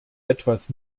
etwas